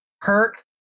perk